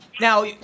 Now